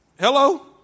Hello